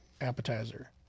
appetizer